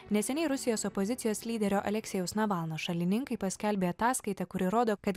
neseniai rusijos opozicijos lyderio aleksejaus navalno šalininkai paskelbė ataskaitą kuri rodo kad